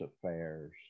affairs